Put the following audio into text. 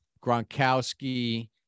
Gronkowski